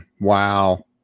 Wow